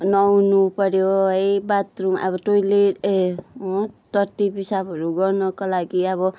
नुहाउनु पर्यो है बाथरुम अब टोइलेट ए टट्टी पिसाबहरू गर्नका लागि अब